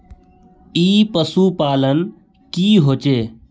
ई पशुपालन की होचे?